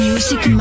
Music